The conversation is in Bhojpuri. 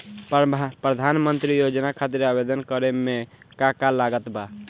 प्रधानमंत्री योजना खातिर आवेदन करे मे का का लागत बा?